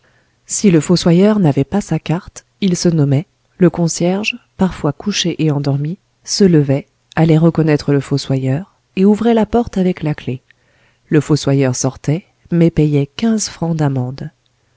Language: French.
si le fossoyeur n'avait pas sa carte il se nommait le concierge parfois couché et endormi se levait allait reconnaître le fossoyeur et ouvrait la porte avec la clef le fossoyeur sortait mais payait quinze francs d'amende